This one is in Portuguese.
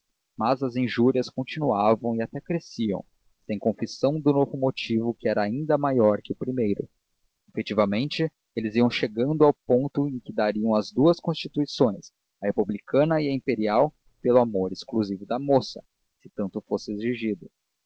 mas as injúrias continuavam e até cresciam sem confissão do novo motivo que era ainda maior que o primeiro efetivamente eles iam chegando ao ponto em que dariam as duas constituições a republicana e a imperial pelo amor exclusivo da moça se tanto fosse exigido